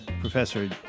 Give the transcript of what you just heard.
Professor